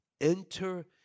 Enter